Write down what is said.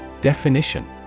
Definition